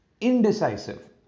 indecisive